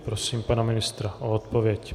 Prosím pana ministra o odpověď.